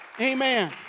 Amen